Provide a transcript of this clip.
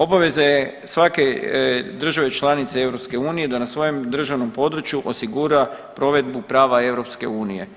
Obaveza je svake države članice EU da na svojem državnom području osigura provedbu prava EU.